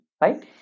Right